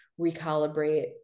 recalibrate